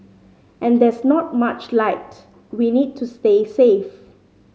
and there's not much light we need to stay safe